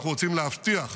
אנחנו רוצים להבטיח,